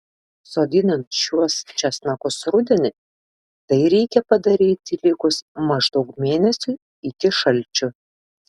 sodinant šiuos česnakus rudenį tai reikia padaryti likus maždaug mėnesiui iki šalčių